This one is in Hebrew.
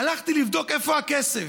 הלכתי לבדוק איפה הכסף.